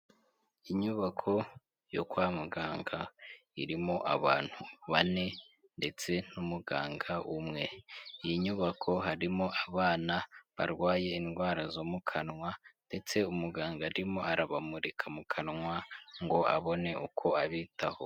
Inyubako yo kwa muganga, irimo abantu bane ndetse n'umuganga umwe, iyi nyubako harimo abana barwaye indwara zo mu kanwa ndetse umuganga arimo arabamurika mu kanwa ngo abone uko abitaho.